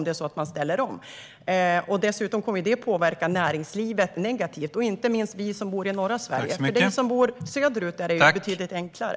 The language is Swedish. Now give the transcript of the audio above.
Det kommer också att påverka näringslivet negativt, inte minst för oss i norra Sverige. För dem som bor söderöver är det betydligt enklare.